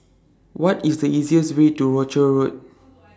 What IS The easiest Way to Rochor Road